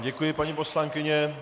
Děkuji vám, paní poslankyně.